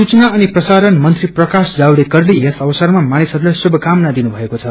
सूचना अनि प्रसारण मंत्री प्रकाश जावडेकरले यस अवसरमा मानिसहस्लाई श्रुथकामना दिनुभएको छ